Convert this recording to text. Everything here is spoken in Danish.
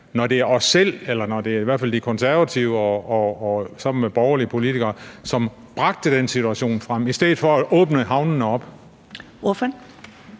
når det var os selv, eller når det i hvert fald var De Konservative sammen med borgerlige politikere, som bragte den situation frem i stedet for at åbne havnene op.